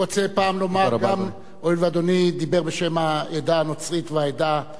הואיל ואדוני דיבר בשם העדה הנוצרית והמוסלמית,